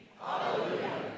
Hallelujah